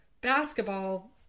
basketball